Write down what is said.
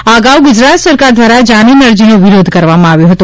આ અગાઉ ગુજરાત સરકાર દ્વારા જામીન અરજીનો વિરોધ કરવામાં આવ્યો હતો